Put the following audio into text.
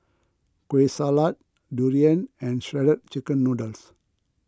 Kueh Salat Durian and Shredded Chicken Noodles